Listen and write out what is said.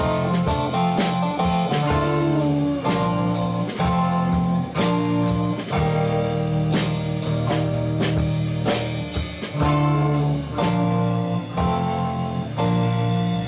you oh oh oh oh oh oh oh oh